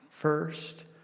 first